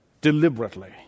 deliberately